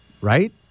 right